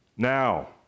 Now